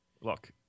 Look